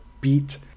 beat